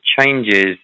changes